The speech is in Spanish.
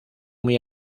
muy